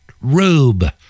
rube